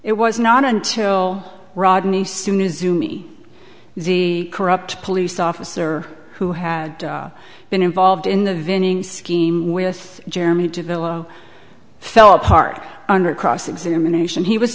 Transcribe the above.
it was not until rodney soon as you me the corrupt police officer who had been involved in the vending scheme with germany to below fell apart under cross examination he was